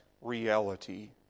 reality